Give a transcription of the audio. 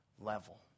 level